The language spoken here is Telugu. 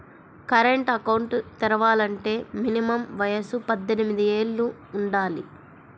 కరెంట్ అకౌంట్ తెరవాలంటే మినిమం వయసు పద్దెనిమిది యేళ్ళు వుండాలి